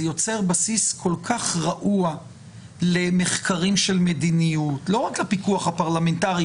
זה יוצר בסיס כל כך רעוע למחקרים של מדיניות; לא רק לפיקוח הפרלמנטרי.